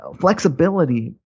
flexibility